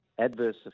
adverse